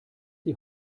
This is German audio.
die